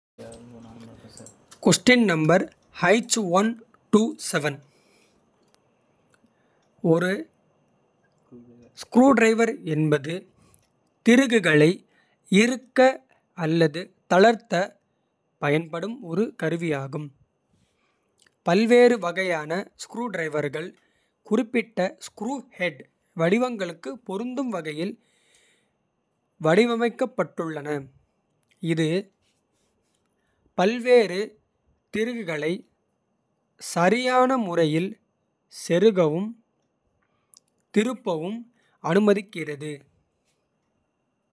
ஒரு ஸ்க்ரூடிரைவர் என்பது திருகுகளை இறுக்க அல்லது. தளர்த்த பயன்படும் ஒரு கருவியாகும். பல்வேறு வகையான ஸ்க்ரூடிரைவர்கள் குறிப்பிட்ட. ஸ்க்ரூ ஹெட் வடிவங்களுக்கு பொருந்தும் வகையில். வடிவமைக்கப்பட்டுள்ளன இது பல்வேறு திருகுகளை. சரியான முறையில் செருகவும் திருப்பவும் அனுமதிக்கிறது.